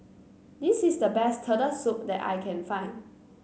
this is the best Turtle Soup that I can find